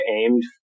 aimed